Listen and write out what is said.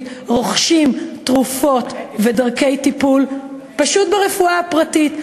רוכשים תרופות ודרכי טיפול פשוט ברפואה הפרטית,